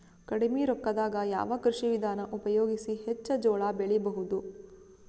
ಕಡಿಮಿ ರೊಕ್ಕದಾಗ ಯಾವ ಕೃಷಿ ವಿಧಾನ ಉಪಯೋಗಿಸಿ ಹೆಚ್ಚ ಜೋಳ ಬೆಳಿ ಬಹುದ?